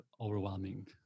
overwhelming